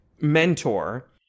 mentor